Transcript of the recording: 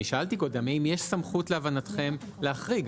אני שאלתי קודם האם יש סמכות להבנתכם להחריג,